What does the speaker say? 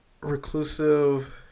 Reclusive